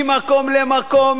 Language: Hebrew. ממקום למקום,